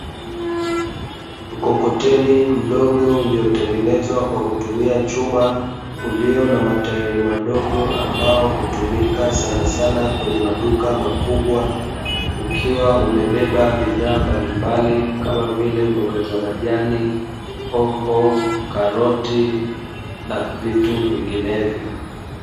Mkokoteni mdogo uliotengenezwa kwa kutumia chuma, ulio na matairi madogo, ambao hutumika sanasana kwenye maduka makubwa, ukiwa umebeba bidhaa mbalimbali kama vile mboga za majani, hoho, karoti na vitu vinginevyo.